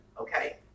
okay